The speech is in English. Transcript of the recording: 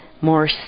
more